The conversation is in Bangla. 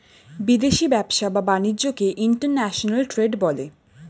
বিদেশি ব্যবসা বা বাণিজ্যকে ইন্টারন্যাশনাল ট্রেড বলে